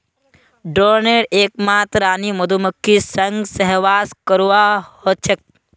ड्रोनेर एकमात रानी मधुमक्खीर संग सहवास करवा ह छेक